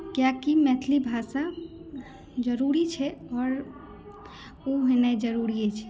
कियाकि मैथिली भाषा जरूरी छै आओर ओ भेनाइ जरूरी अछि